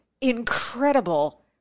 incredible